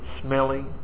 smelly